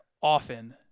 often